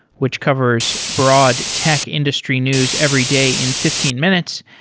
which covers broad tech industry news every day in fifteen minutes.